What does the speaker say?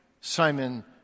Simon